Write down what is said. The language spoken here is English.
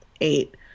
Eight